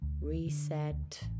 reset